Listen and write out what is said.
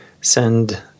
send